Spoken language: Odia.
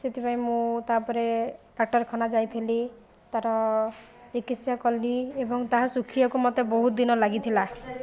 ସେଥିପାଇଁ ମୁଁ ତାପରେ ଡାକ୍ଟରଖାନା ଯାଇଥିଲି ତାର ଚିକିତ୍ସା କଲି ଏବଂ ତାହା ଶୁଖିବାକୁ ମୋତେ ବହୁତ ଦିନ ଲାଗିଥିଲା